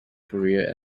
career